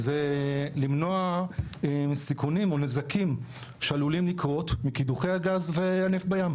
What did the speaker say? היא בעצם למנוע סיכונים ונזקים שעלולים לקרות מקידוחי הגז והנפט בים.